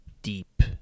Deep